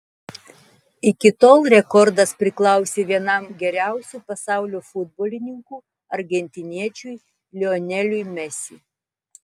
iki tol rekordas priklausė vienam geriausių pasaulio futbolininkų argentiniečiui lioneliui mesi